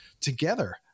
together